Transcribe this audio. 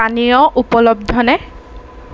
পানীয় উপলব্ধনে